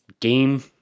game